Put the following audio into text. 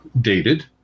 dated